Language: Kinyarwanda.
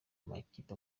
amakipe